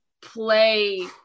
play